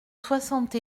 soixante